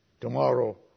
Tomorrow